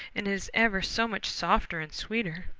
and it is ever so much softer and sweeter.